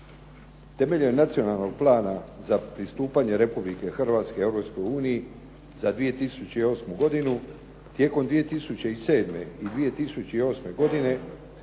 Temeljem Nacionalnog plana za pristupanje Republike Hrvatske Europskoj uniji za 2008. godinu tijekom 2007. i 2008. godine